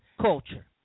culture